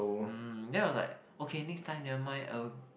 um then I was like okay next time nevermind I will